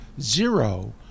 zero